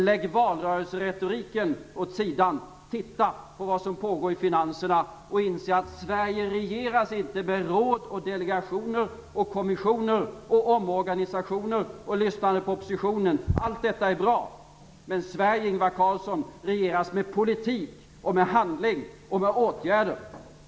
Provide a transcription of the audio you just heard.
Lägg valrörelseretoriken åt sidan. Titta på vad som pågår inom den finansiella sektorn. Ni måste inse att Sverige regeras inte med hjälp av råd, delegationer, kommissioner, omorganisationer och lyssnande på oppositionen. Allt detta är bra. Men Sverige, Ingvar Carlsson, regeras med hjälp av politik, handling och åtgärder.